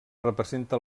representa